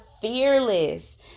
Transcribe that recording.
fearless